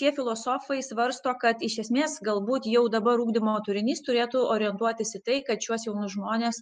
šie filosofai svarsto kad iš esmės galbūt jau dabar ugdymo turinys turėtų orientuotis į tai kad šiuos jaunus žmones